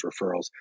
referrals